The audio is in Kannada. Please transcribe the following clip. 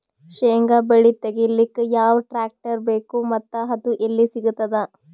ಶೇಂಗಾ ಬೆಳೆ ತೆಗಿಲಿಕ್ ಯಾವ ಟ್ಟ್ರ್ಯಾಕ್ಟರ್ ಬೇಕು ಮತ್ತ ಅದು ಎಲ್ಲಿ ಸಿಗತದ?